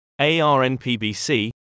ARNPBC